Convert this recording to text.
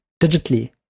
digitally